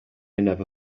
never